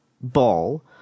ball